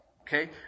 Okay